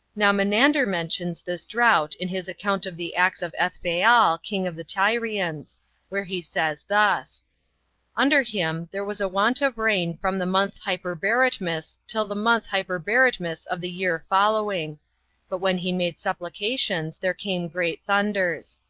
now menander mentions this drought in his account of the acts of ethbaal, king of the tyrians where he says thus under him there was a want of rain from the month hyperberetmus till the month hyperberetmus of the year following but when he made supplications, there came great thunders.